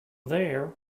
there